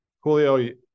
Julio